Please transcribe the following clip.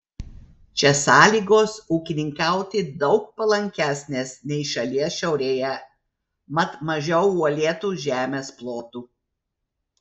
čia sąlygos ūkininkauti daug palankesnės nei šalies šiaurėje mat mažiau uolėtų žemės plotų